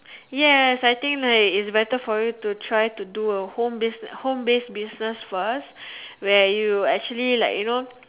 yes I think like it's better for you to try to do a home base home base business first where you actually like you know